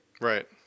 right